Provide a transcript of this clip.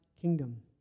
kingdom